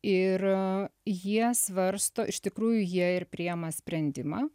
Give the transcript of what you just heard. ir jie svarsto iš tikrųjų jie ir priėma sprendimą